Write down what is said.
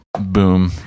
Boom